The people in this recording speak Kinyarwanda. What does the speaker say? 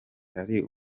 hari